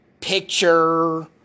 picture